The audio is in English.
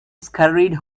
scurried